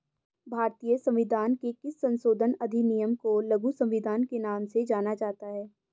भारतीय संविधान के किस संशोधन अधिनियम को लघु संविधान के नाम से जाना जाता है?